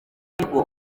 bigo